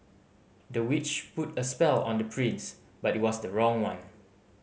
the witch put a spell on the prince but it was the wrong one